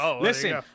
Listen